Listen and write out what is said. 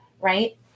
right